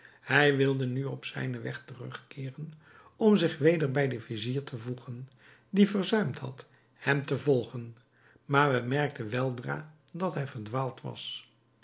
hij wilde nu op zijnen weg terug keeren om zich weder bij den vizier te voegen die verzuimd had hem te volgen maar bemerkte weldra dat hij verdwaald was